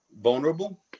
vulnerable